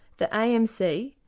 the amc,